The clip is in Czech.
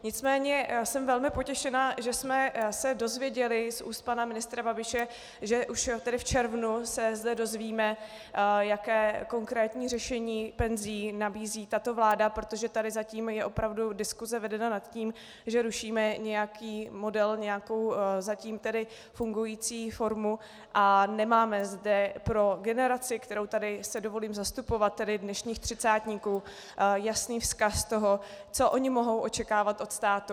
Nicméně já jsem velmi potěšená, že jsme se dozvěděli z úst pana ministra Babiše, že už v červnu se zde dozvíme, jaké konkrétní řešení penzí nabízí tato vláda, protože tady zatím je diskuse vedena nad tím, že rušíme nějaký model, nějakou zatím fungující formu a nemáme zde pro generaci, kterou si tady dovolím zastupovat, tedy dnešních třicátníků, jasný vzkaz, co oni mohou očekávat od státu.